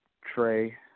Trey